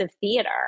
theater